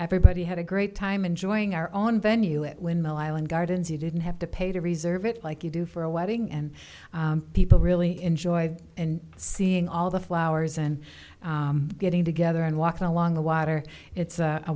everybody had a great time enjoying our own venue it windmill island gardens you didn't have to pay to reserve it like you do for a wedding and people really enjoy seeing all the flowers and getting together and walking along the water it's